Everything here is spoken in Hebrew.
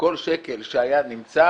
כל שקל שהיה נמצא,